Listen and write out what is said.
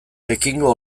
pekingo